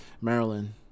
Maryland